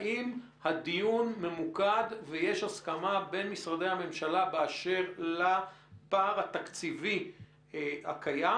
האם הדיון ממוקד ויש הסכמה במשרדי הממשלה באשר לפער התקציבי הקיים?